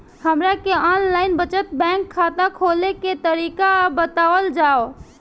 हमरा के online बचत बैंक खाता खोले के तरीका बतावल जाव?